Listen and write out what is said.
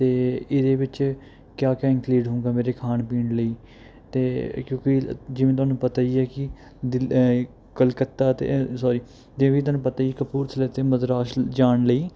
ਅਤੇ ਇਹਦੇ ਵਿੱਚ ਕਿਆ ਕਿਆ ਇੰਕਲੀਡ ਹੋਵੇਗਾ ਮੇਰੇ ਖਾਣ ਪੀਣ ਲਈ ਅਤੇ ਕਿਉਂਕਿ ਜਿਵੇਂ ਤੁਹਾਨੂੰ ਪਤਾ ਹੀ ਹੈ ਕੀ ਦਿਲ ਕਲਕੱਤਾ ਤੋਂ ਸੋਰੀ ਜਿਵੇਂ ਤੁਹਾਨੂੰ ਪਤਾ ਹੀ ਹੈ ਕਪੂਰਥਲੇ ਤੋਂ ਮਦਰਾਸ ਜਾਣ ਲਈ